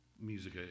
music